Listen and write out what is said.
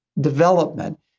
development